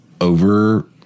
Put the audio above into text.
over